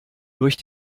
durch